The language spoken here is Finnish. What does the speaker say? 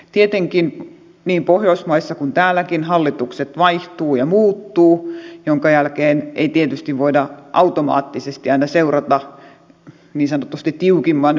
tietenkin niin pohjoismaissa kuin täälläkin hallitukset vaihtuvat ja muuttuvat minkä jälkeen ei tietysti voida automaattisesti aina seurata niin sanotusti tiukimman version mukaan